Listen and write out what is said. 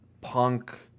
Punk